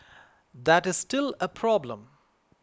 that is still a problem